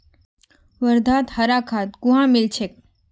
वर्धात हरा खाद कुहाँ मिल छेक